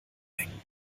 hängen